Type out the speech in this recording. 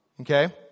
Okay